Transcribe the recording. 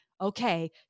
okay